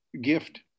gift